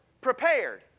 prepared